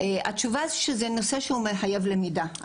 התשובה היא שזה נושא שמחייב למידה,